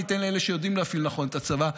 אני אתן לאלה שיודעים להפעיל נכון את הצבא.